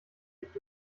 nicht